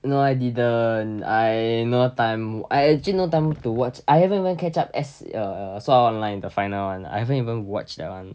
no I didn't I no time I actually no time to watc~ I haven't even catch up s~ err sword art online the final one I haven't even watch that one